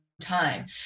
time